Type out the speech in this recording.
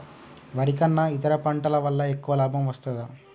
వరి కన్నా ఇతర పంటల వల్ల ఎక్కువ లాభం వస్తదా?